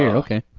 yeah okay.